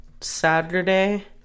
Saturday